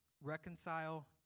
Reconcile